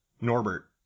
Norbert